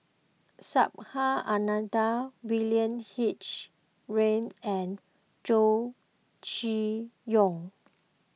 Subhas Anandan William H Read and Chow Chee Yong